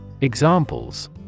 Examples